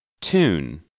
Tune